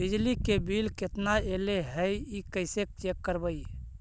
बिजली के बिल केतना ऐले हे इ कैसे चेक करबइ?